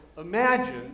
imagine